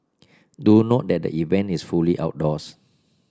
do note that the event is fully outdoors